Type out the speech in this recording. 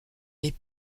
des